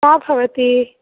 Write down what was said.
का भवती